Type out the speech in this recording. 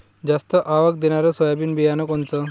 जास्त आवक देणनरं सोयाबीन बियानं कोनचं?